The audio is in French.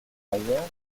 ailleurs